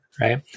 right